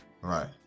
Right